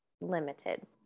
limited